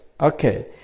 Okay